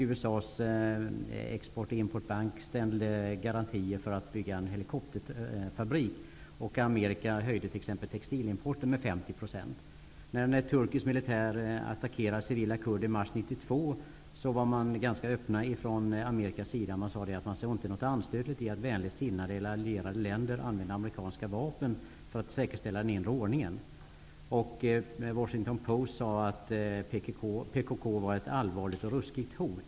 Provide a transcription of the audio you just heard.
USA:s Export Import Bank ställde garantier för att bygga en helikopterfabrik, och Amerika höjde t.ex. textilimporten med 50 %. I artikeln nämns det också att man från amerikansk sida var ganska öppen när turkisk militär attackerade civila kurder i mars 1992. Man sade att man inte såg något anstötligt i att vänligt sinnade eller allierade länder använder amerikanska vapen för att säkerställa den inre ordningen. I Washington Post skrev man att PKK var ett allvarligt och ruskigt hot.